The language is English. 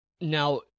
Now